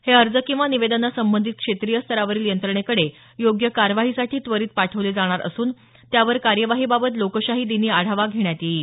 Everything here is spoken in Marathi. हे अर्ज किंवा निवेदनं संबंधित क्षेत्रीय स्तरावरील यंत्रणेकडे योग्य कार्यवाहीसाठी त्वरित पाठवले जाणार असून त्यावर कार्यवाहीबाबत लोकशाही दिनी आढावा घेण्यात येईल